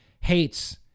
hates